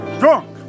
drunk